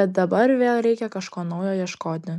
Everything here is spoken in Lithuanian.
bet dabar vėl reikia kažko naujo ieškoti